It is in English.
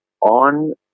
on